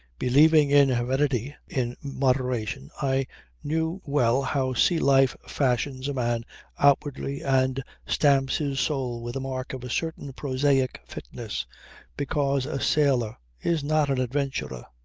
believing in heredity in moderation i knew well how sea-life fashions a man outwardly and stamps his soul with the mark of a certain prosaic fitness because a sailor is not an adventurer.